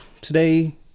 today